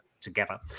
together